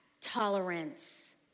tolerance